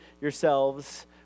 yourselves